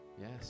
Yes